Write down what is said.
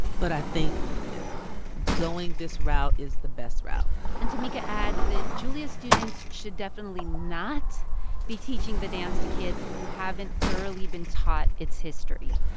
but i think going this route is the best route and tamica adds that julia's students should definitely not be teaching the dance to kids who haven't thoroughly been taught its history.